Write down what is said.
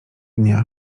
dnia